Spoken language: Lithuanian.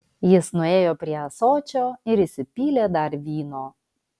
jis nuėjo prie ąsočio ir įsipylė dar vyno